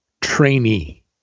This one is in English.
trainee